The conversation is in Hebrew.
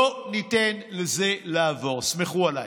לא ניתן לזה לעבור, סמכו עליי.